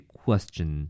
question